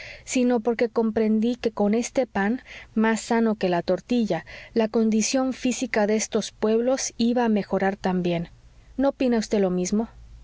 sino porque comprendí que con este pan más sano que la tortilla la condición física de estos pueblos iba a mejorar también no opina vd lo mismo